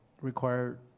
require